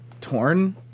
torn